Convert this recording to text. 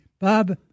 Bob